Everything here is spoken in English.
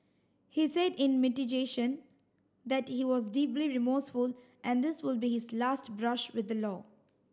he said in mitigation that he was deeply remorseful and this would be his last brush with the law